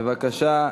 בבקשה,